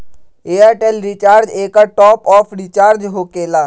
Airtel recharge एकर top off recharge होकेला?